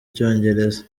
icyongereza